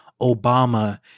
Obama